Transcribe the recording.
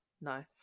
No